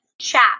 Chat